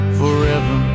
forever